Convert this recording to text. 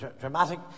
dramatic